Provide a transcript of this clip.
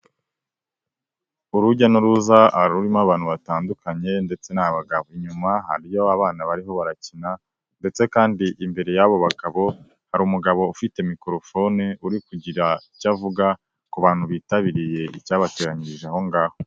Urujya n'uruza rurimo abantu batandukanye ndetse n'abagabo, inyuma hariyo abana bariho barakina ndetse kandi imbere y'abo bagabo hari umugabo ufite mikorofone uri kugira icyo avuga ku bantu bitabiriye icyabateranyirije aho ngaho.